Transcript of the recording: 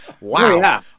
Wow